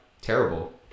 terrible